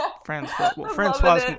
Francois